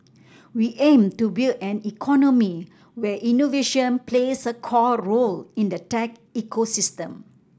we aim to build an economy where innovation plays a core role in the tech ecosystem